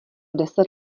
deset